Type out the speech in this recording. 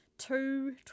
two